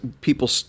people